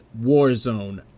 Warzone